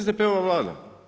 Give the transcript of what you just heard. SDP-ova Vlada.